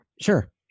Sure